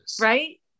right